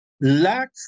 lack